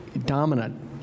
dominant